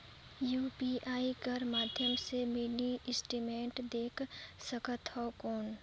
UPI कर माध्यम से मिनी स्टेटमेंट देख सकथव कौन?